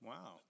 Wow